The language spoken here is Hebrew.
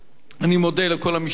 אני מודה לכל המשתתפים,